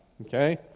okay